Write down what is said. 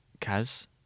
Kaz